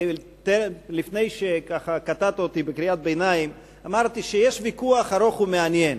לפני שקטעת אותי בקריאת ביניים אמרתי שיש ויכוח ארוך ומעניין.